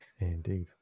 indeed